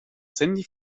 sandy